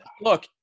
look